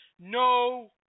no